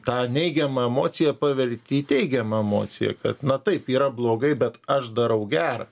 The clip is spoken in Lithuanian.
tą neigiamą emociją paverti į teigiamą emociją kad na taip yra blogai bet aš darau gera